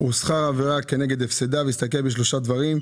ושכר עברה כנגד הפסדה./ והסתכל בשלושה דברים,